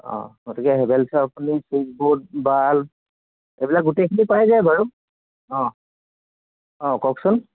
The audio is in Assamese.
অঁ গতিকে হেভেলছৰ আপুনি চুইটচ বোৰ্ড বাল্ব এইবিলাক গোটেইখিনি পাই যায় বাৰু অঁ অঁ কওকচোন